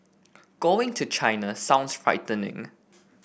going to China sounds frightening